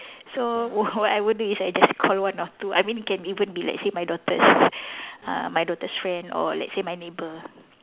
so what I would do is I just call one or two I mean can even be like say my daughter's uh my daughter's friend or like say my neighbour